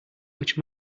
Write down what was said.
much